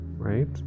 right